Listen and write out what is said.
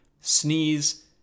sneeze